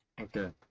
Okay